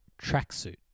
tracksuit